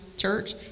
church